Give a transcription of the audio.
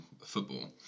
football